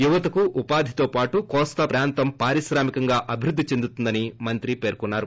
యువతకు ఉపాధితో పాటు కోస్తా ప్రాంతం పారిశ్రామికంగా అభివృద్ది చెందుతుందని మంత్రి పేర్కొన్నారు